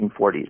1940s